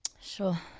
Sure